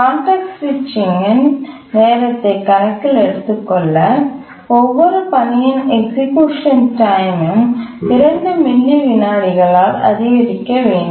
context சுவிட்சிங் நேரத்தை கணக்கில் எடுத்துக்கொள்ள ஒவ்வொரு பணியின் எக்சிக்யூஷன் டைம் யும் 2 மில்லி விநாடிகளால் அதிகரிக்க வேண்டும்